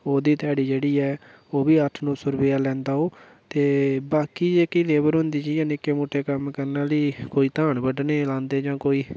ओह्दी ध्याड़ी जेह्ड़ी ऐ ओह्बी अट्ठ नौ सौ रपेआ लैंदा ओह् ते बाकी जेह्की लेबर होंदी जि'यां निक्के मुट्टे कम्म करना आह्ली कोई धान बड्ढने लांदे जां कोई